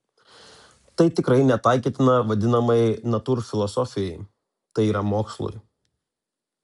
tai tikrai netaikytina vadinamajai natūrfilosofijai tai yra mokslui